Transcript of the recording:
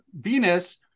Venus